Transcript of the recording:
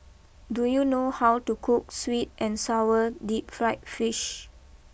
do you know how to cook sweet and Sour deep Fried Fish